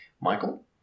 Michael